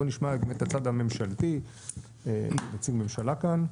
בוא נשמע את הצד הממשלתי, נציג ממשלה כאן.